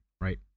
right